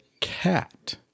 cat